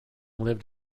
lived